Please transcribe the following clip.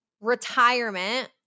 retirement